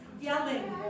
yelling